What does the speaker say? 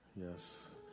Yes